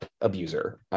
abuser